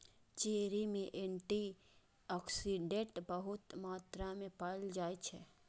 cherry मे antioxidant बहुत मात्रा मे पाएल जाइ छै